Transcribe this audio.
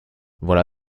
voilà